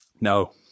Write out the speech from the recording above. No